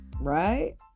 right